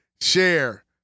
share